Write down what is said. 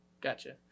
gotcha